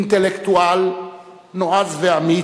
אינטלקטואל נועז ואמיץ,